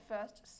first